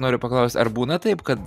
noriu paklaust ar būna taip kad